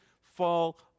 fall